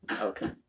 Okay